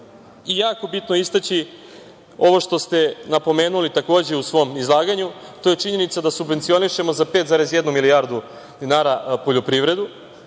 je jako bitno istaći ovo što se napomenuli takođe u svom izlaganju, to je činjenica da subvencionišemo za 5,1 milijardu dinara poljoprivredu